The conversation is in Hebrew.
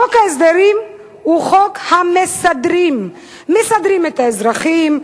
חוק ההסדרים הוא "חוק המסַדרים"; מסדרים את האזרחים,